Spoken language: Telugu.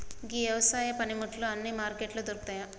గీ యవసాయ పనిముట్లు అన్నీ మార్కెట్లలో దొరుకుతాయి